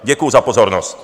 Děkuju za pozornost.